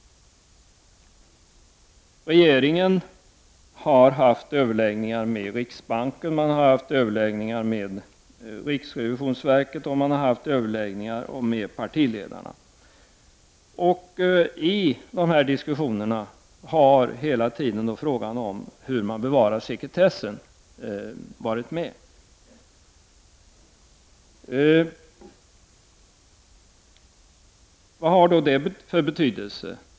Regeringen har haft överläggningar med riksbanken, med riksrevisionsverket och med partiledarna. I dessa diskussioner har hela tiden frågan hur man bevarar sekretessen varit med. Vad har då det för betydelse?